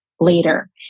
later